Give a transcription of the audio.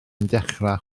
dechrau